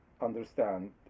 understand